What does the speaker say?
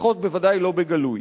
לפחות בוודאי לא בגלוי.